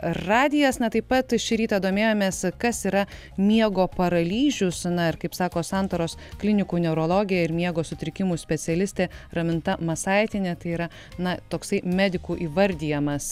radijas na taip pat šį rytą domėjomės kas yra miego paralyžius na ir kaip sako santaros klinikų neurologė ir miego sutrikimų specialistė raminta masaitienė tai yra na toksai medikų įvardijamas